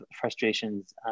frustrations